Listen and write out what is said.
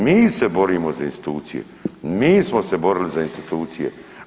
Mi se borimo za institucije, mi smo se borili za institucije.